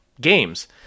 games